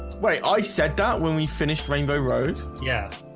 wait i said that when we finished rainbow road, yeah